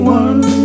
one